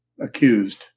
accused